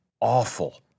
awful